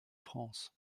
france